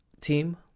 team